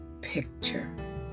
Picture